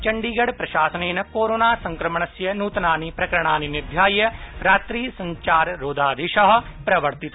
चंडीगढ़ प्रशासनेन कोरोनासड्क्रमणस्य नूतनानि प्रकरणानि निध्याय रात्रि संचार रोधादेश प्रवर्तित